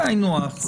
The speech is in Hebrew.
זה היינו הך.